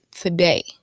today